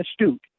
astute